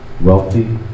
wealthy